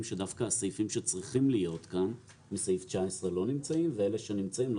שדווקא הסעיפים שצריכים להיות כאן מסעיף 19 לא נמצאים כאן ואלה שנמצאים,